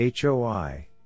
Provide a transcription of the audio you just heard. HOI